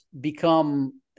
become